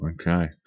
Okay